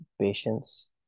patience